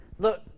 Look